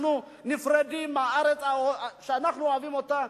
אנחנו נפרדים מהארץ שאנחנו אוהבים אותה,